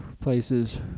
places